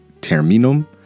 Terminum